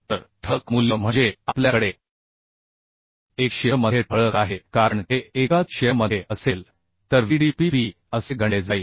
तर ठळक मूल्य म्हणजे आपल्याकडे एक शिअरमध्ये ठळक आहे कारण हे एकाच शिअरमध्ये असेल तर VD PP असे गणले जाईल